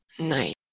night